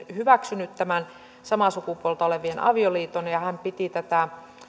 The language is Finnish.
hyväksynyt tämän samaa sukupuolta olevien avioliiton ja hän piti tätä